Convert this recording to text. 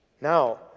Now